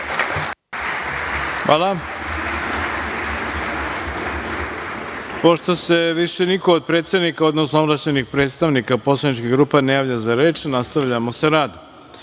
Hvala. Pošto se više niko od predsednika odnosno ovlašćenih predstavnika poslaničkih grupa ne javlja za reč, nastavljamo sa